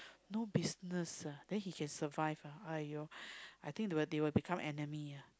no business ah then he can survive ah !aiyo! I think they will become enemy ah